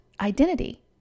identity